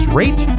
rate